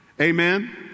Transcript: amen